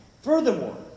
Furthermore